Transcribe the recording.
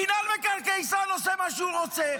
מינהל מקרקעי ישראל עושה מה שהוא רוצה.